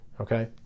okay